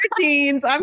jeans